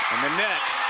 and the net.